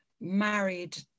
married